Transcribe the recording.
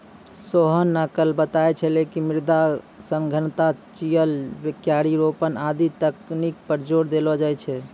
सोहन न कल बताय छेलै कि मृदा सघनता, चिजल, क्यारी रोपन आदि तकनीक पर जोर देलो जाय छै